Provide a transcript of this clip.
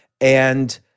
And-